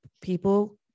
People